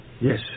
Yes